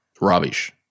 Rubbish